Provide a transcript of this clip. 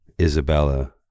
Isabella